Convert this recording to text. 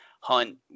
Hunt